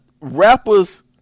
Rappers